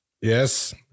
Yes